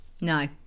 No